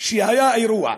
שהיה אירוע,